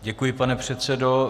Děkuji, pane předsedo.